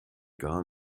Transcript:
gar